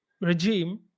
regime